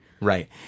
Right